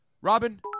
Robin